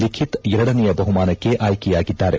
ಲಿಖಿತ್ ಎರಡನೆಯ ಬಹುಮಾನಕ್ಕೆ ಆಯ್ಲೆಯಾಗಿದ್ದಾರೆ